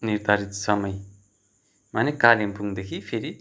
निर्धारित समयमा नै कालिम्पोङदेखि फेरि